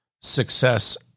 success